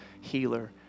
healer